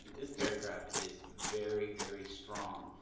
this paragraph is very very strong.